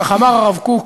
כך אמר הרב קוק